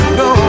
no